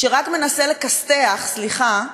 שרק מנסה לכסת"ח, סליחה,